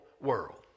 world